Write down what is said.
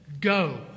Go